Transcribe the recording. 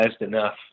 enough